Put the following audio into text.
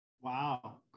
wow